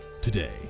today